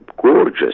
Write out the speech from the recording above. gorgeous